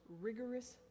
rigorous